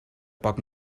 poc